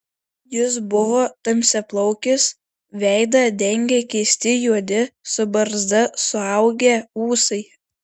jis buvo tamsiaplaukis veidą dengė keisti juodi su barzda suaugę ūsai